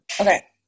Okay